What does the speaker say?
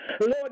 Lord